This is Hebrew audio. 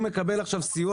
אם נניח הוא מקבל סיוע,